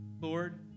Lord